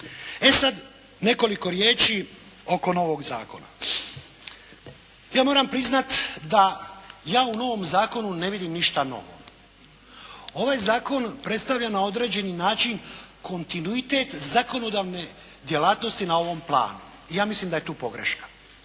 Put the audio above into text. E sad nekoliko riječi oko novog zakona. Ja moram priznat da ja u novom zakonu ne vidim ništa novo. Ovaj zakon predstavlja na određeni način kontinuitet zakonodavne djelatnosti na ovom planu. I ja mislim da je tu pogreška.